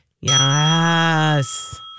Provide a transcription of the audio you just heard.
Yes